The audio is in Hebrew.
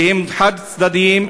שהם חד-צדדיים,